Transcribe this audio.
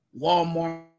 Walmart